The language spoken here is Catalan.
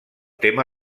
tema